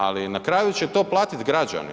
Ali na kraju će to platiti građani.